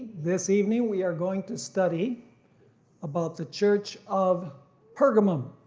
this evening we are going to study about the church of pergamum.